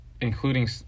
including